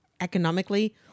economically